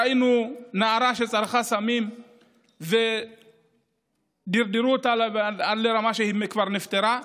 ראינו נערה שצרכה סמים ודרדרו אותה עד לרמה שהיא כבר נפטרה.